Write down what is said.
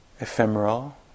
ephemeral